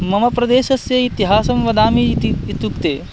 मम प्रदेशस्य इतिहासं वदामि इति इत्युक्ते